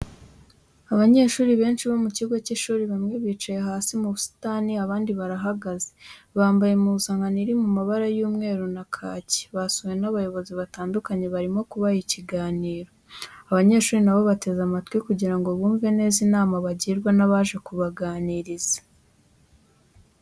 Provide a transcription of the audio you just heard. Abanyeshuri benshi bo mu kigo cy'ishuri, bamwe bicaye hasi mu busitani abandi barahagaze, bambaye impuzankano iri mu mabara y'umweru na kaki, basuwe n'abayobozi batandukanye barimo kubaha ikiganiro, abanyeshuri na bo bateze amatwi kugira ngo bumve neza inama bagirwa n'abaje kubaganiriza.